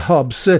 Hobbs